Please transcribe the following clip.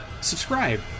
subscribe